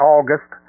August